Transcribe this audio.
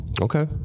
Okay